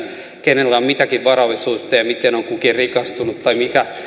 kenellä on mitäkin varallisuutta ja miten on kukin rikastunut tai